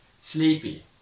Sleepy